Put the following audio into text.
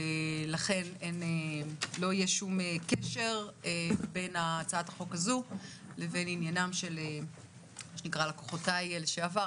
לכן לא יהיה שום קשר בין הצעת החוק הזו לבין לקוחותיי לשעבר,